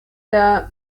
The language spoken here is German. der